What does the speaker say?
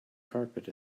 carpet